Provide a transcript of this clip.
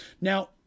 Now